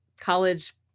college